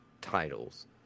titles